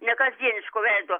nekasdieniško veido